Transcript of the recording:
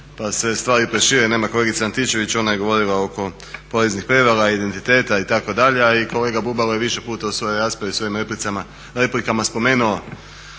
pa se stvari prošire, nema kolegice Antičević ona je govorila oko poreznih prijevara identiteta itd. a i kolega Bubalo je više puta u svojoj raspravi i u svojim replikama spomenuo